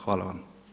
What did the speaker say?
Hvala vam.